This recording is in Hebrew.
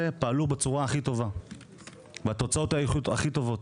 פעלו בצורה הכי טובה והתוצאות היו הכי טובות.